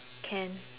can